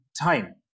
time